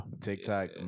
TikTok